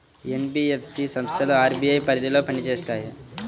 NBFC సంస్థలు RBI పరిధిలోనే పని చేస్తాయా?